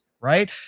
right